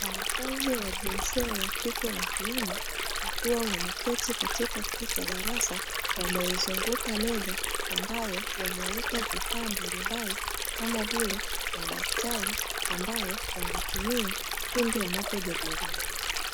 wanafunzi jinsisia ya kike na wakiume wameketi katika chumba cha darasa wameizunguka meza, ambayo wameweka vifaa mbali mbali kama vile madaftari, ambayo wanatumia pindi wanapo jadiliana